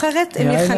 אחרת הם ייחנקו.